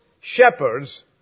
shepherds